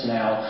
now